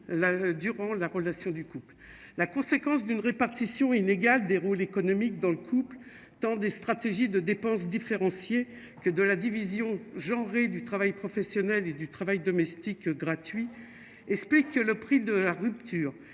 la conséquence d'une répartition inégale des rôles économique dans le couple, temps des stratégies de dépenses que de la division genre et du travail professionnel et du travail domestique gratuit, explique que le prix de la rupture